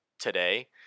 today